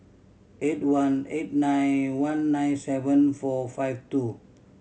eight one eight nine one nine seven four five two